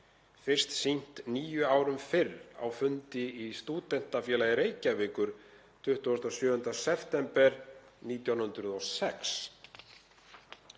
fyrst sýnt níu árum fyrr á fundi í Stúdentafélagi Reykjavíkur 27. september 1906.